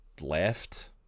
left